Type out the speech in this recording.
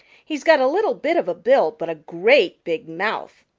he's got a little bit of a bill, but a great big mouth.